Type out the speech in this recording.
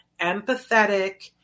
empathetic